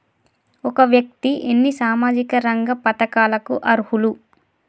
ఒక వ్యక్తి ఎన్ని సామాజిక రంగ పథకాలకు అర్హులు?